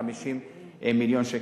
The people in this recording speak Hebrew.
מ-50 מיליון שקל.